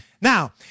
Now